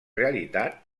realitat